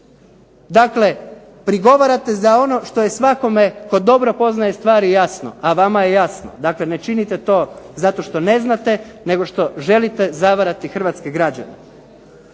Dakle prigovarate za ono što je svakome tko dobro poznaje stvari jasno, a vama je jasno. Dakle ne činite zato što ne znate, nego što želite zavarati hrvatske građane.